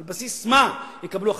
על בסיס מה יקבלו החלטה?